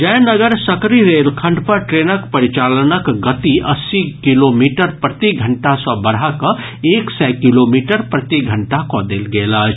जयनगर सकरी रेलखंड पर ट्रेनक परिचालनक गति अस्सी किलोमीटर प्रति घंटा सॅ बढ़ा कऽ एक सय किलोमीटर प्रति घंटा कऽ देल गेल अछि